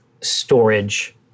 storage